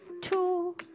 two